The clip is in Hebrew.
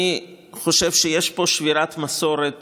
אני חושב שיש פה שבירת מסורת